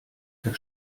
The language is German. der